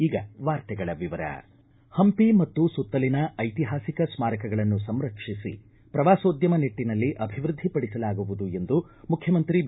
ಈಗ ವಾರ್ತೆಗಳ ವಿವರ ಹಂಪಿ ಮತ್ತು ಸುತ್ತಲಿನ ಐತಿಹಾಸಿಕ ಸ್ಮಾರಕಗಳನ್ನು ಸಂರಕ್ಷಿಸಿ ಪ್ರವಾಸೋದ್ಯಮ ನಿಟ್ಟನಲ್ಲಿ ಅಭಿವೃದ್ಧಿ ಪಡಿಸಲಾಗುವುದು ಎಂದು ಮುಖ್ಯಮಂತ್ರಿ ಬಿ